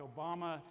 Obama